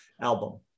album